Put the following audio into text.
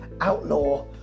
outlaw